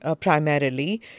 primarily